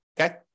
Okay